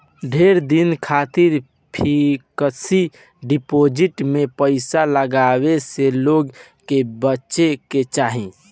ढेर दिन खातिर फिक्स डिपाजिट में पईसा लगावे से लोग के बचे के चाही